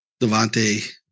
Devante